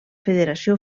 federació